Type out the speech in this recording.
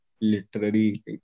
literary